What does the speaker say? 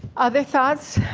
other thoughts?